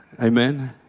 Amen